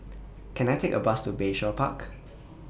Can I Take A Bus to Bayshore Park